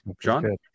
John